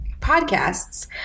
podcasts